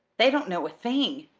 they don't know a thing!